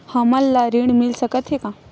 हमन ला ऋण मिल सकत हे का?